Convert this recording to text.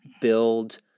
build